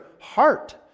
heart